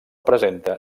presenta